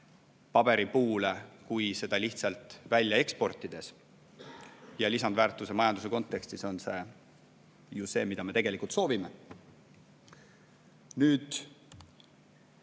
rohkem, kui seda lihtsalt välja eksportides. Ja lisandväärtus majanduse kontekstis on ju see, mida me tegelikult soovime. Kuigi